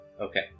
Okay